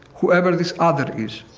whoever this other is.